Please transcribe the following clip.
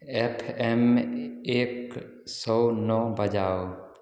F M एक सौ नौ बजाओ